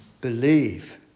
Believe